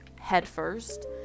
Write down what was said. headfirst